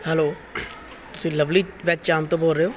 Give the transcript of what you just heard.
hello ਤੁਸੀਂ lovely veg Chaap ਤੋਂ ਬੋਲ ਰਹੇ ਹੋ